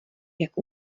jak